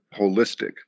holistic